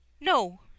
No